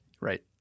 Right